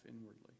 inwardly